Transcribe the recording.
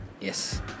Yes